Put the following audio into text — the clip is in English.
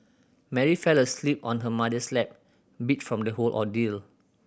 Mary fell asleep on her mother's lap beat from the whole ordeal